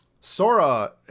Sora